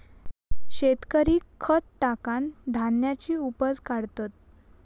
शेतकरी खत टाकान धान्याची उपज काढतत